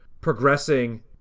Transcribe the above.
progressing